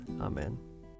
Amen